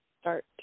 start